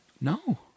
No